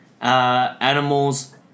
animals